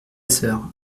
sœur